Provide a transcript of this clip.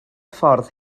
ffordd